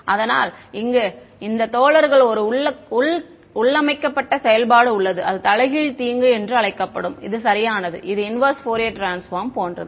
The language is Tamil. அதனால் இங்கு இந்த தோழர்களுக்கு ஒரு உள்ளமைக்கப்பட்ட செயல்பாடு உள்ளது அது தலைகீழ் தீங்கு என்று அழைக்கப்படும் இது சரியானது இது இன்வெர்ஸ் ஃபோரியர் ட்ரான்ஸ்பார்ம் போன்றது